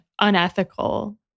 unethical